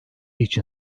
için